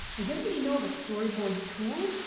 does anybody know of a storyboard tool?